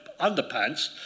underpants